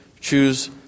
choose